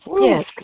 Yes